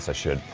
so should.